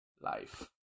life